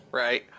right?